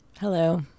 Hello